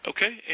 Okay